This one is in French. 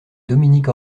dominique